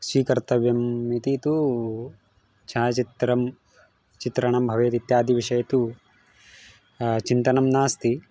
स्वीकर्तव्यम् इति तु छायाचित्रं चित्रं भवेत् इत्यादि विषये तु चिन्तनं नास्ति